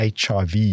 HIV